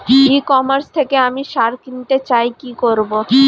ই commerce থেকে আমি সার কিনতে চাই কি করব?